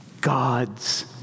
God's